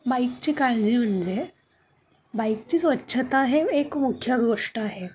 बाईकची काळजी म्हणजे बाईकची स्वच्छता हे एक मुख्य गोष्ट आहे